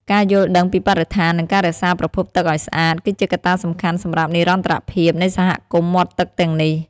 ការយល់ដឹងពីបរិស្ថាន និងការរក្សាប្រភពទឹកឱ្យស្អាត គឺជាកត្តាសំខាន់សម្រាប់និរន្តរភាពនៃសហគមន៍មាត់ទឹកទាំងនេះ។